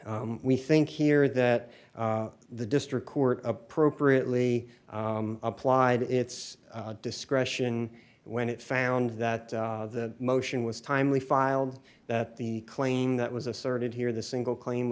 bring we think here that the district court appropriately applied its discretion when it found that the motion was timely filed that the claim that was asserted here the single claim